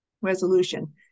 resolution